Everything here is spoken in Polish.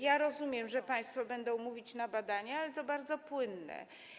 Ja rozumiem, że państwo będą mówić: na badania, ale to jest bardzo płynne.